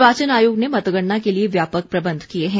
निर्वाचन आयोग ने मतगणना के लिए व्यापक प्रबंध किये हैं